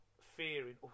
fearing